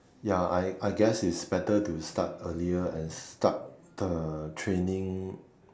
ya I I guess it's better to start earlier and start the training